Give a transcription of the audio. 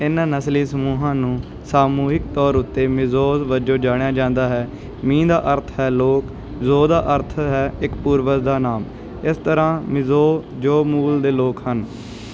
ਇਨ੍ਹਾਂ ਨਸਲੀ ਸਮੂਹਾਂ ਨੂੰ ਸਾਮੂਹਿਕ ਤੌਰ ਉੱਤੇ ਮਿਜ਼ੋਸ ਵਜੋਂ ਜਾਣਿਆ ਜਾਂਦਾ ਹੈ ਮੀ ਦਾ ਅਰਥ ਹੈ ਲੋਕ ਜ਼ੋ ਦਾ ਅਰਥ ਹੈ ਇੱਕ ਪੂਰਵਜ ਦਾ ਨਾਮ ਇਸ ਤਰ੍ਹਾਂ ਮਿਜ਼ੋ ਜ਼ੋ ਮੂਲ ਦੇ ਲੋਕ ਹਨ